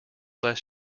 less